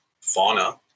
fauna